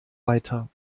weiter